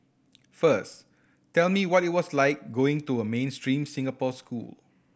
first tell me what it was like going to a mainstream Singapore school